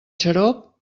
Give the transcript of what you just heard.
xarop